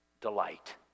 delight